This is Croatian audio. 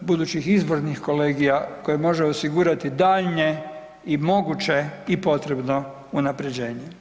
budućih izvornih kolegija, koje može osigurati daljnje i moguće i potrebno unaprjeđenje.